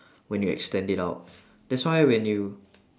when you extend it out that's why when you